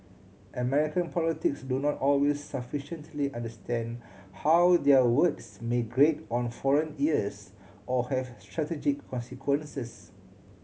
American politics do not always sufficiently understand how their words may grate on foreign ears or have strategic consequences